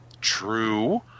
true